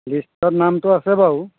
লিষ্টত নামটো আছে বাৰু